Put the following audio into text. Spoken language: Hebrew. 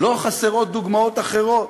לא חסרות דוגמאות אחרות.